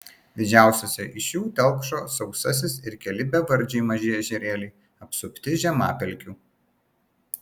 didžiausiose iš jų telkšo sausasis ir keli bevardžiai maži ežerėliai apsupti žemapelkių